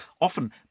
often